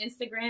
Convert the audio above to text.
Instagram